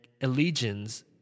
allegiance